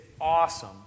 awesome